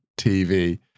TV